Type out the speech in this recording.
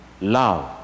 love